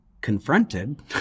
confronted